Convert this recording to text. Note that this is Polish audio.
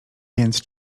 więc